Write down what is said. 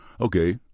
Okay